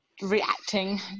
reacting